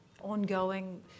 ongoing